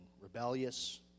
rebellious